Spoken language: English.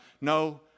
No